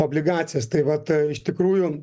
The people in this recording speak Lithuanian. obligacijas tai vat iš tikrųjų